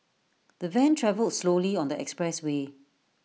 the van travelled slowly on the expressway